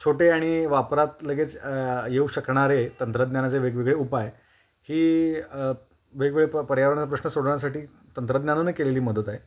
छोटे आणि वापरात लगेच येऊ शकणारे तंत्रज्ञानाचे वेगवेगळे उपाय ही वेगवेगळे प पर्यावरणाचे प्रश्न सोडवण्यासाठी तंत्रज्ञानानं केलेली मदत आहे